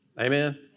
Amen